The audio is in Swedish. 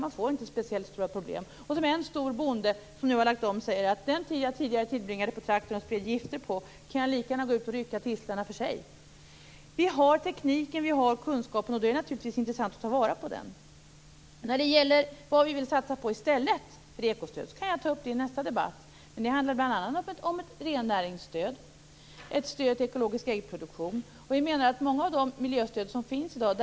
Man får inte speciellt stora problem. En stor bonde som nu har lagt om säger att den tid han tidigare tillbringade på traktor för att sprida gifter kan han lika gärna använda till att gå ut och rycka upp tistlarna för hand. Vi har tekniken och vi har kunskapen. Då är det naturligtvis intressant att ta vara på den. I nästa debatt kan jag ta upp vad vi vill satsa på i stället för REKO-stödet. Men det handlar bl.a. om ett rennäringsstöd och ett stöd till ekologisk äggproduktion. Det börjar fattas pengar för många av de miljöstöd som finns i dag.